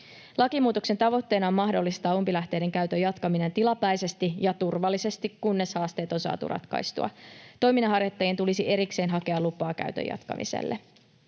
Lakimuutoksen tavoitteena on mahdollistaa umpilähteiden käytön jatkaminen tilapäisesti ja turvallisesti, kunnes haasteet on saatu ratkaistua. Toiminnanharjoittajan tulisi erikseen hakea lupaa käytön jatkamiselle.